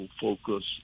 focus